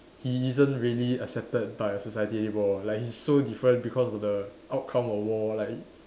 he isn't really accepted by society anymore like he's so different because of the outcome of war like